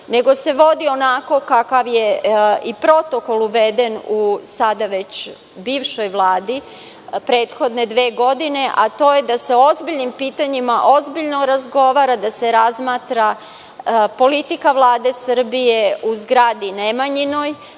nego se vodi onako kakav je protokol uveden u bivšoj Vladi prethodne dve godine, a to je da se o ozbiljnim pitanjima ozbiljno razgovara, da se razmatra politika Vlade Srbije u zgradi Nemanjinoj,